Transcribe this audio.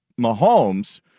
Mahomes –